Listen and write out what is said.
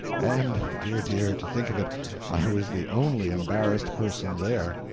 and dear, dear, to think of it i was the only embarrassed person there.